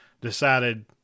decided